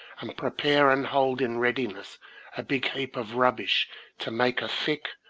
and prepare and hold in readiness a big heap of rubbish to make a thick,